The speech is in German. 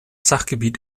sachgebiet